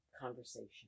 conversation